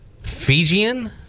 Fijian